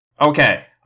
Okay